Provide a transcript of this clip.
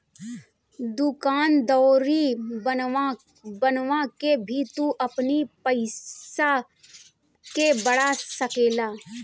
दूकान दौरी बनवा के भी तू अपनी पईसा के बढ़ा सकेला